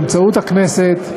באמצעות הכנסת,